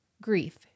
Grief